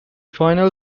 final